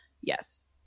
Yes